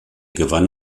gewann